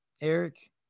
Eric